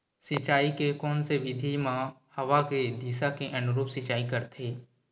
सिंचाई के कोन से विधि म हवा के दिशा के अनुरूप सिंचाई करथे?